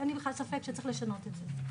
אין לי בכלל ספק שצריך לשנות את זה.